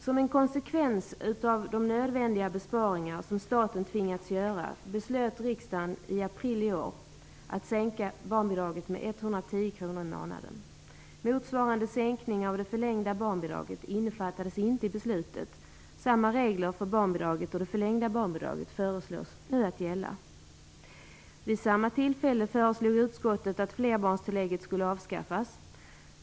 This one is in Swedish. Som en konsekvens av de nödvändiga besparingar som staten tvingats göra beslöt riksdagen i april i år att sänka barnbidraget med 110 kr i månaden. Motsvarande sänkning av det förlängda barnbidraget innefattades inte i beslutet. Samma regler för barnbidraget och det förlängda barnbidraget föreslås nu att gälla. Vid samma tillfälle föreslog utskottet att flerbarnstillägget skulle avskaffas.